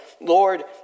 Lord